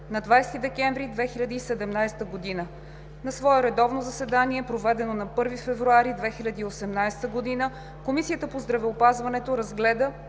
на 20 декември 2017 г. На свое редовно заседание, проведено на 1 февруари 2018 г., Комисията по здравеопазването разгледа